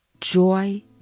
joy